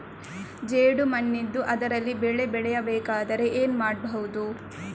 ಜೇಡು ಮಣ್ಣಿದ್ದು ಅದರಲ್ಲಿ ಬೆಳೆ ಬೆಳೆಯಬೇಕಾದರೆ ಏನು ಮಾಡ್ಬಹುದು?